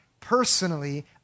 personally